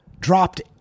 dropped